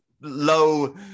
low